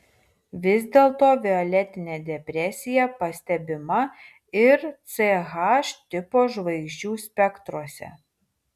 vis dėlto violetinė depresija pastebima ir ch tipo žvaigždžių spektruose